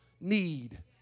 Need